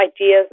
ideas